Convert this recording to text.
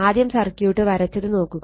ആദ്യം സർക്യൂട്ട് വരച്ചത് നോക്കുക